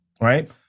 right